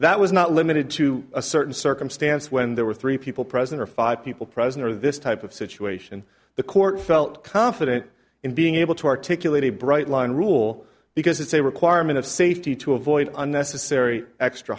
that was not limited to a certain circumstance when there were three people present or five people present or this type of situation the court felt confident in being able to articulate a bright line rule because it's a requirement of safety to avoid unnecessary extra